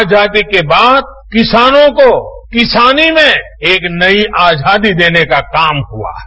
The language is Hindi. आजादी के बाद किसानों को किसानी में एक नई आजादी देने का काम हुआ है